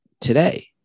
today